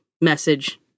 message